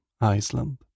Iceland